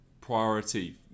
priority